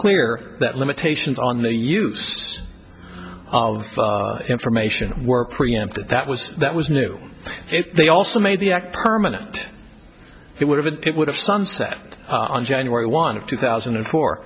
clear that limitations on the use of information were preempted that was that was new they also made the act permanent it would have it would have something on january one of two thousand and four